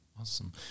Awesome